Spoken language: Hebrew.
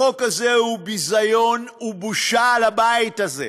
החוק הזה הוא ביזיון, הוא בושה לבית הזה.